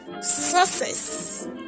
Success